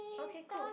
okay cool